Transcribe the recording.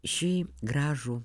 šį gražų